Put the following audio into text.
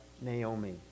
Naomi